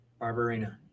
Barbarina